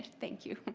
thank you.